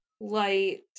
light